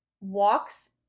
walks